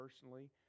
personally